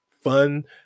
fun